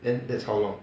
then that's how long